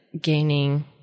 gaining